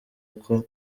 uko